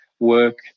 work